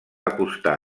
acostar